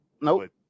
Nope